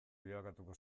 bilakatuko